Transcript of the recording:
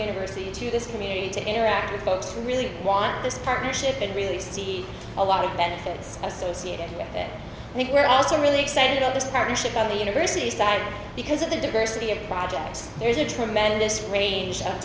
university to this community to interact with folks who really want this partnership and really see a lot of benefits associated with it i think we're also really excited at this hour in chicago the university side because of the diversity of projects there's a tremendous range of